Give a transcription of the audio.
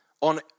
on